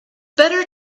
better